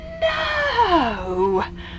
No